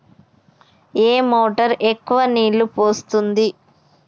ఏ motor ఎక్కువ నీళ్లు పోస్తుంది?